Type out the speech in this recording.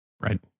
Right